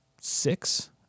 six